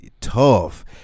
Tough